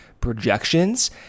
projections